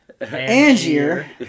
Angier